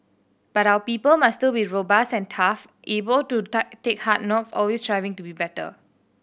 but our people must still be robust and tough able to tuck take hard knocks always striving to be better